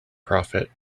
profit